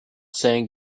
saying